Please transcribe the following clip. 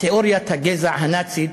תיאוריית הגזע הנאצית,